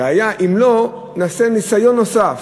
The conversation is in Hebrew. והיה אם לא, נעשה ניסיון נוסף,